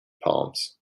palms